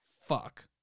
Fuck